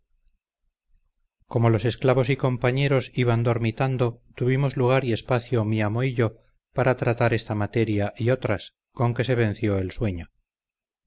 como los esclavos y compañeros iban dormitando tuvimos lugar y espacio mi amo y yo para tratar esta materia y otras con que se venció el sueño